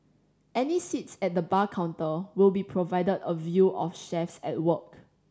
any seats at the bar counter will be provided a view of chefs at work